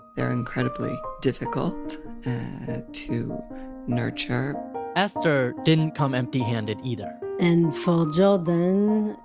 they're incredibly difficult to nurture esther didn't come empty handed either. and for jordan,